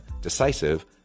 decisive